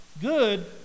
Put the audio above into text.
Good